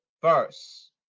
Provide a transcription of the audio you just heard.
first